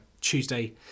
tuesday